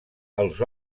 els